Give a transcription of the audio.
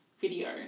video